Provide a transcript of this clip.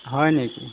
হয় নেকি